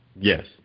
yes